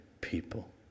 people